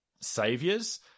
saviors